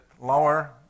lower